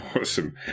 awesome